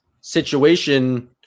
situation